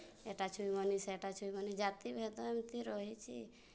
ଏଇଟା ଛୁଇଁବନି ସେଇଟା ଛୁଇଁବନି ଜାତି ଭେଦ ଏମିତି ରହିଛି